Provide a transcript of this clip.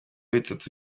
bitatu